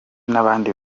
n’abandi